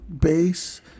base